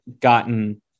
gotten